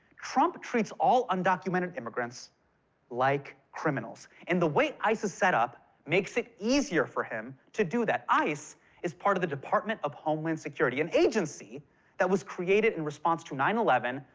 trump treats all undocumented immigrants like criminals. and the way ice is set up makes it easier for him to do that. ice is part of the department of homeland security, an agency that was created in response to nine eleven,